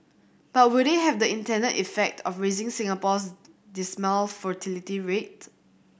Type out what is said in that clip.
but will they have the intended effect of raising Singapore's dismal fertility rate